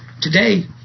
today